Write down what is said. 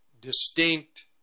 distinct